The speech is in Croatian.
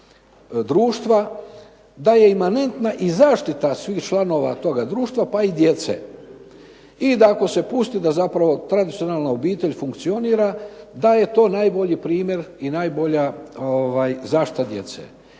da je imanentna i zaštita svih članova toga društva pa i djece. I da ako se pusti da zapravo tradicionalna obitelj funkcionira da je to najbolji primjer i najbolja zaštita djece.